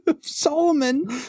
Solomon